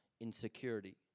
insecurity